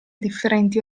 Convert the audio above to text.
differenti